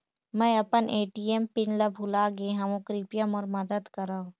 मैं अपन ATM pin ल भुला गे हवों, कृपया मोर मदद करव